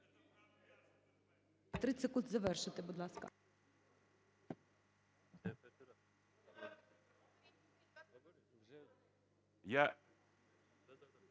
30 секунд, завершуйте, будь ласка.